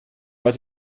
was